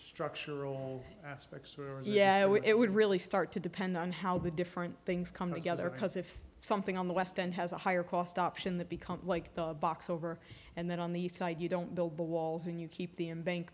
structural aspects or yeah it would really start to depend on how the different things come together because if something on the west end has a higher cost option that become like the box over and then on the side you don't build the walls and you keep the embank